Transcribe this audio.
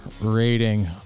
rating